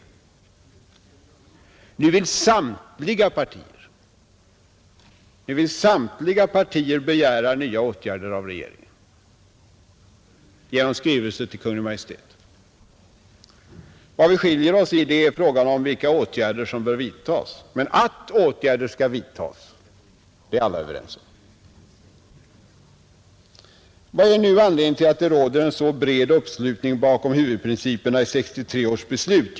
Nu vill samtliga partier begära nya åtgärder av regeringen genom skrivelse till Kungl. Maj:t. Vad vi skiljer oss i är frågan om vilka åtgärder som bör vidtas; att åtgärder skall vidtas är alla överens om. Vad är nu anledningen till att det råder en så bred uppslutning bakom huvudprinciperna i 1963 års beslut?